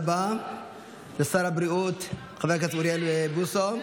תודה רבה לשר הבריאות חבר הכנסת אוריאל בוסו.